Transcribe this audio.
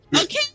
Okay